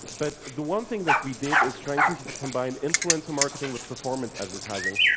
but the one thing that we did is trying to combine influencer marketing with performance advertising.